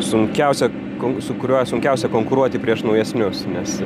sunkiausia kon su kuriuo sunkiausia konkuruoti prieš naujesnius nes